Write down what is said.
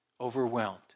Overwhelmed